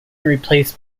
replaced